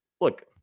look